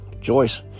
Joyce